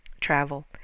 travel